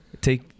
take